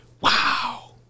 Wow